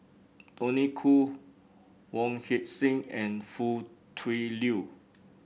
Tony Khoo Wong Heck Sing and Foo Tui Liew